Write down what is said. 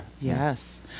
Yes